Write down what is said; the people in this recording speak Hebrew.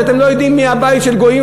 כשאתם לא יודעים מי הבית של גויים,